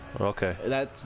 Okay